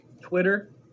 Twitter